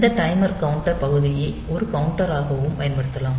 இந்த timer counter தொகுதியை ஒரு கவுண்டராகவும் பயன்படுத்தலாம்